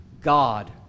God